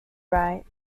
right